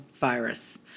virus